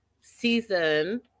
season